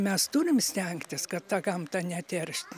mes turim stengtis kad tą gamtą neteršt